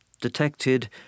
detected